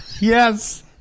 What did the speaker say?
Yes